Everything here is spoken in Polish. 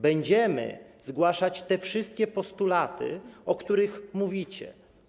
Będziemy zgłaszać te wszystkie postulaty, o których mówicie.